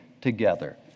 together